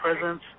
presence